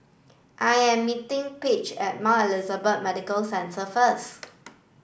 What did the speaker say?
I am meeting Paige at Mount Elizabeth Medical Centre first